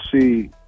see